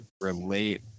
relate